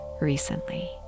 recently